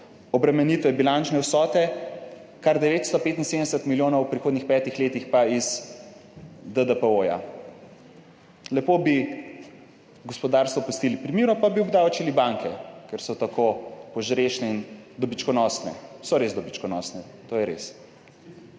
obremenitve bilančne vsote, kar 975 milijonov v prihodnjih petih letih iz DDPO. Lepo bi gospodarstvo pustili pri miru, pa bi obdavčili banke, ker so tako požrešne in dobičkonosne. Res so dobičkonosne, to je res.